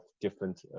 different